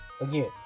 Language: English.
again